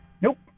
Nope